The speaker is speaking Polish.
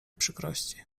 przykrości